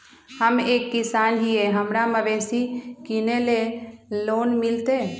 हम एक किसान हिए हमरा मवेसी किनैले लोन मिलतै?